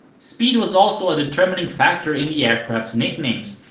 speed was also a determining factor in the aircraft's nicknames,